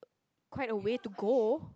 quite a way to go